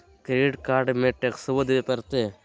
Credit card में टेक्सो देवे परते?